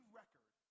record